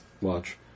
watch